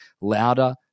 louder